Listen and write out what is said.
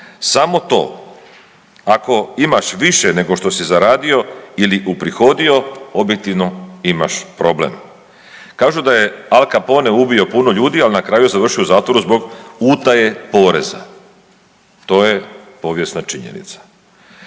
Samo to. Ako imaš više nego što si zaradio ili uprihodio, objektivno imaš problem. Kažu da je Al Capone ubio puno ljudi, al' na kraju je završio u zatvoru zbog utaje poreza. To je povijesna činjenica.